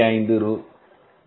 5 ரூபாய் ஒரு கிலோவிற்கு